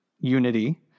unity